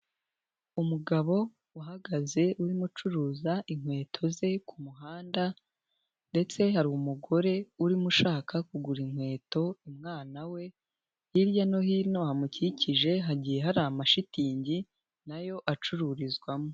Umugabo uhagaze uririmo ucuruza inkweto ze ku muhanda ndetse hari umugore urimo ushaka kugura inkweto umwana we, hirya no hino hamukikije hagiye hari amashitingi nayo acururizwamo.